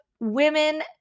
women